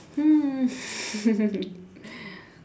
hmm